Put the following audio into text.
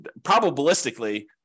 probabilistically